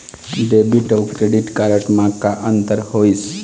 Debit अऊ credit card म का अंतर होइस?